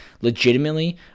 legitimately